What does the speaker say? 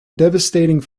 devastating